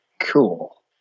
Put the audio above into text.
Cool